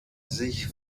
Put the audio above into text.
sich